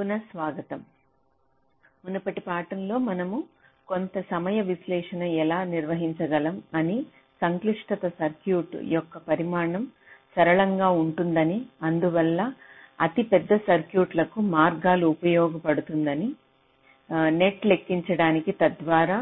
పునః స్వాగతం మునుపటి పాఠాలలో మనము కొంత సమయ విశ్లేషణను ఎలా నిర్వహించగలం దీని సంక్లిష్టత సర్క్యూట్ యొక్క పరిమాణం సరళంగా ఉంటుందని అందువల్ల అతిపెద్ద సర్క్యూట్ లకు మార్గాలు ఉపయోగ పడుతుందని నెట్ లెక్కించడానికి తద్వారా